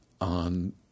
on